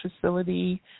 facility